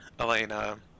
Elena